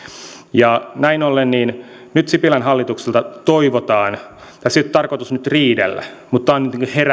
ja näin ollen nyt sipilän hallitukselta toivotaan tässä ei ole tarkoitus nyt riidellä mutta tämä on nyt niin